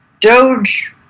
Doge